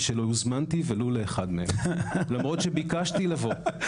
שלא הוזמנתי ולו לאחד מהם למרות שביקשתי לבוא.